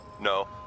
No